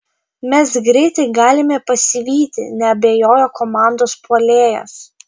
mes greitai galime pasivyti neabejojo komandos puolėjas